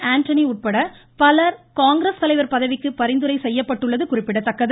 ஆண்டனி உட்பட பலர் காங்கிரஸ் தலைவர் பதவிக்கு பரிந்துரை செய்யப்பட்டுள்ளது குறிப்பிடத்தக்கது